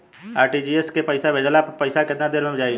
RTGS से पईसा भेजला पर पईसा केतना देर म जाई?